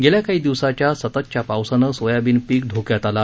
गेल्या कांही दिवसाच्या सततच्या पावसानं सोयबीन पिक धोक्यात आलं आहे